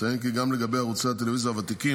נציין כי גם לגבי ערוצי הטלוויזיה הוותיקים,